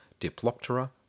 Diploptera